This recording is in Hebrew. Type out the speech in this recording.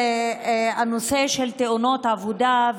וזה הנושא של תאונות עבודה,